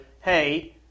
Hey